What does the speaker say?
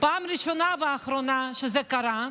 פעם ראשונה ואחרונה שזה קרה,